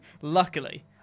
Luckily